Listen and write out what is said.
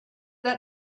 that